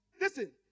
Listen